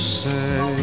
say